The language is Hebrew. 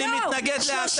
מתנגד להסתה.